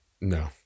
No